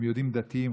יהודים דתיים,